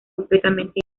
completamente